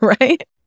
right